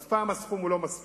אף פעם הסכום לא מספיק,